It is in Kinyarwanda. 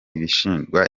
bishinjwa